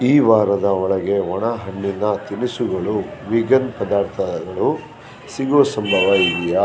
ಈ ವಾರದ ಒಳಗೆ ಒಣ ಹಣ್ಣಿನ ತಿನಿಸುಗಳು ವೀಗನ್ ಪದಾರ್ಥಗಳು ಸಿಗೋ ಸಂಭವ ಇದೆಯೇ